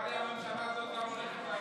נראה לי שהממשלה הזאת הולכת להגיש,